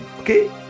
okay